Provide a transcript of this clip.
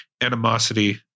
animosity